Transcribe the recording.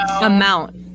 amount